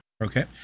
Okay